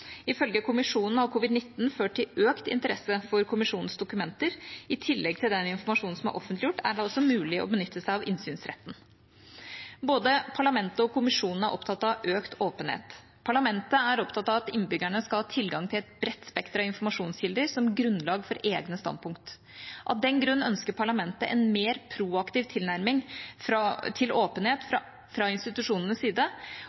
Ifølge Kommisjonen har covid-19 ført til økt interesse for Kommisjonens dokumenter. I tillegg til den informasjonen som er offentliggjort, er det altså mulig å benytte seg av innsynsretten. Både Parlamentet og Kommisjonen er opptatt av økt åpenhet. Parlamentet er opptatt av at innbyggerne skal ha tilgang til et bredt spekter av informasjonskilder som grunnlag for egne standpunkt. Av den grunn ønsker Parlamentet en mer proaktiv tilnærming til åpenhet fra institusjonenes side